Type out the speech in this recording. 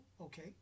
Okay